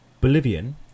Bolivian